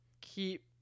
Keep